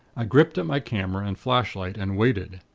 i gripped at my camera and flashlight, and waited.